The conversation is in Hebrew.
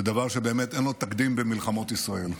זה דבר שבאמת אין לו תקדים במלחמות ישראל.